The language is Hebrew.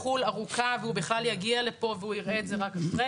ארוכה בחו"ל והוא בכלל יגיע לפה והוא יראה את זה רק אחרי.